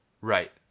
Right